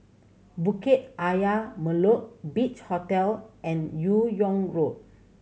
Bukit Ayer Molek Beach Hotel and Yong Road